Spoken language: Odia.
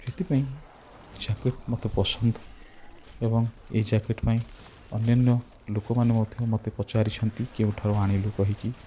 ସେଥିପାଇଁ ଜ୍ୟାକେଟ୍ ମୋତେ ପସନ୍ଦ ଏବଂ ଏ ଜ୍ୟାକେଟ୍ ପାଇଁ ଅନ୍ୟାନ୍ୟ ଲୋକମାନେ ମଧ୍ୟ ମୋତେ ପଚାରିଛନ୍ତି କେଉଁଠାରୁ ଆଣିଲୁ କହିକି